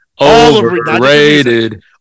Overrated